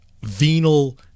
venal